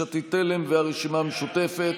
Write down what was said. יש עתיד-תל"ם והרשימה המשותפת.